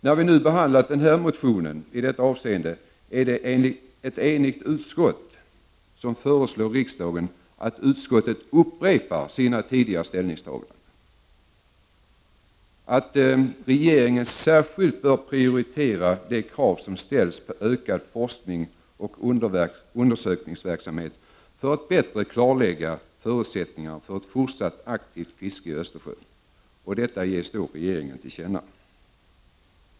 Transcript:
När vi nu behandlat motionen i detta avseende upprepar ett enigt utskott sina tidigare ställningstaganden och föreslår att regeringen särskilt prioriterar de krav som ställs på ökad forskning och undersökningsverksamhet för att bättre klarlägga förutsättningarna för ett fortsatt aktivt fiske i Östersjön. Detta ges regeringen till känna.